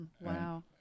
Wow